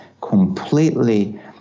completely